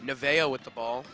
to vail with the ball